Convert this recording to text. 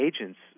agents